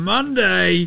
Monday